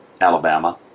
Alabama